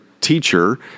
teacher